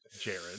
jared